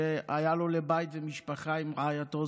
שהיה לו לבית ולמשפחה עם רעייתו,